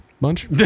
bunch